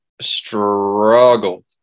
struggled